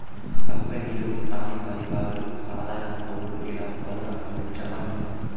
కంపెనీలు స్థానిక అధికారులు సాధారణ పౌరులు ఇలా పలు రకాల జనాలు ఉన్నారు